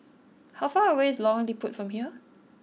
how far away is Lorong Liput from here